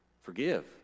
Forgive